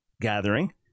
gathering